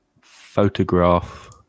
photograph